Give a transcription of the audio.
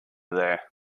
there